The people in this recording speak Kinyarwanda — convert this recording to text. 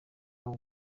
uwo